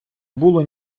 було